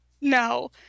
No